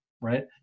right